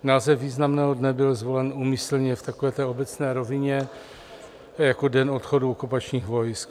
Název významného dne byl zvolen úmyslně v takové obecné rovině jako Den odchodu okupačních vojsk.